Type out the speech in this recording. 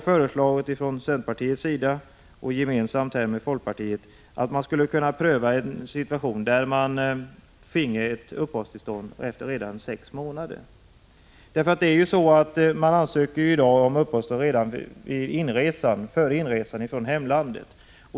Folkpartiet och centern har gemensamt föreslagit att man skall pröva en ordning där uppehållstillstånd ges redan efter sex månaders vistelse i landet. Människor som vill flytta hit ansöker om uppehållstillstånd i Sverige redan i hemlandet.